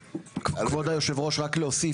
כבוד היושב ראש רק להוסיף,